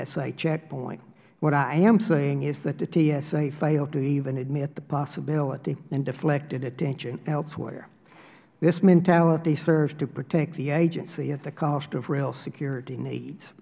a checkpoint what i am saying is that the tsa failed to even admit the possibility and deflected attention elsewhere this mentality serves to protect the agency at the cost of real security needs